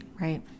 Right